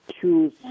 choose